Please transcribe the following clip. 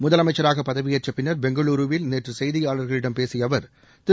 முதலமைச்சராக பதவியேற்ற பின்னர் பெங்களூருவில் நேற்று செய்தியாளர்களிடம் பேசிய அவர் திரு